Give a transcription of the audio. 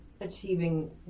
achieving